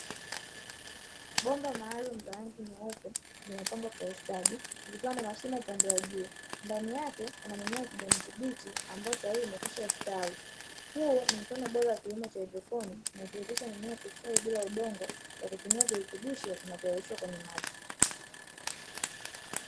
Bomba maalumu la rangi nyeupe limepangwa kwa ustadi likiwa na mashimo upande wa juu, ndani yake kuna mimea ya kijani kibichi ambayo tayari imekwishastawi. Huu ni mfano bora wa kilimo cha haidroponi kinachowezesha mimea kustawi bila udongo kwa kutumia virutubisho vinavyoyeyushwa kwenye maji.